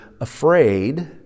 afraid